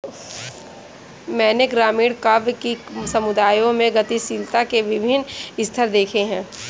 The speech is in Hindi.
मैंने ग्रामीण काव्य कि समुदायों में गतिशीलता के विभिन्न स्तर देखे हैं